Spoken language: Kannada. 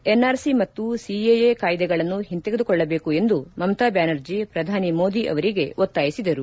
ಎನ್ಆರ್ಸಿ ಮತ್ತು ಸಿಎಎ ಕಾಯ್ಲೆಗಳನ್ನು ಒಂತೆಗೆದುಕೊಳ್ಳಬೇಕು ಎಂದು ಮಮತಾ ಬ್ಲಾನರ್ಜಿ ಪ್ರಧಾನಿ ಮೋದಿ ಅವರಿಗೆ ಒತ್ತಾಯಿಸಿದರು